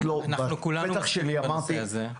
אנחנו כולנו מסכימים בנושא הזה.